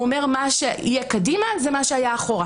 ודיברנו על כך שבמקום ללכת לבתי משפט ולהוכיח,